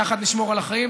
יחד נשמור על החיים.